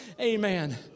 Amen